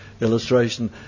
illustration